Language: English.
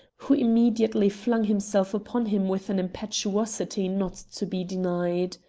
who immediately flung himself upon him with an impetuosity not to be denied.